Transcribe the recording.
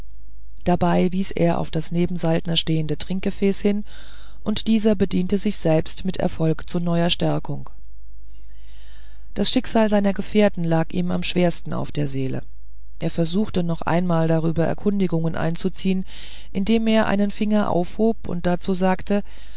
dabei wies er auf das neben saltner stehende trinkgefäß hin und dieser bediente sich desselben mit erfolg zu neuer stärkung das schicksal seiner gefährten lag ihm am schwersten auf der seele er versuchte noch einmal darüber erkundigungen einzuziehen indem er einen finger aufhob und dazu sagte